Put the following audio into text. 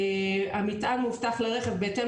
בסופה יבוא..."המטען מאובטח לרכב בהתאם